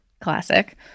classic